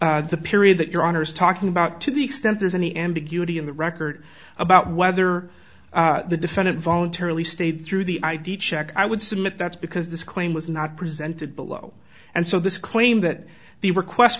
is the period that your honor is talking about to the extent there's any ambiguity in the record about whether the defendant voluntarily stayed through the idea check i would submit that's because this claim was not presented below and so this claim that the request